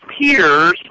peers